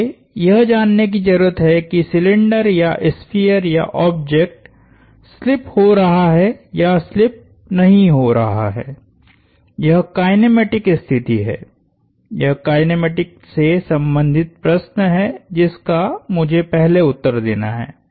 मुझे यह जानने की जरूरत है कि सिलिंडर या स्फीयर या ऑब्जेक्ट स्लिप हो रहा है या स्लिप नहीं हो रहा है यह काइनेमेटिक स्थिति है यह काइनेमेटिक से संबंधित प्रश्न है जिसका मुझे पहले उत्तर देना है